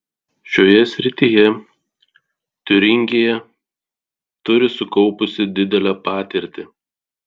šioje srityje tiūringija turi sukaupusi didelę patirtį